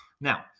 Now